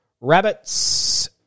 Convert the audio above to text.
Rabbits